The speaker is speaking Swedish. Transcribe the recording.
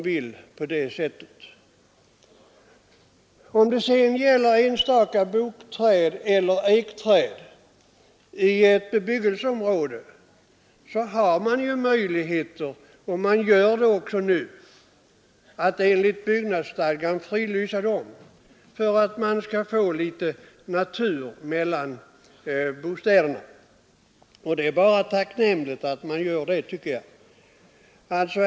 För att skydda enstaka ekeller bokträd i ett bebyggt område har man enligt byggnadsstadgan möjlighet — och man begagnar den också — att fridlysa dem för att få litet natur mellan bostäderna. Och det är bara tacknämligt att man gör det, tycker jag.